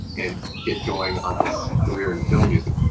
and get going on this career in film music.